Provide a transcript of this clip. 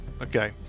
Okay